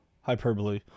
hyperbole